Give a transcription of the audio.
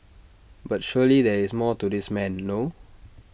but surely there is more to this man no